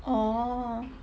oh